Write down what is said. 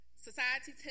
Society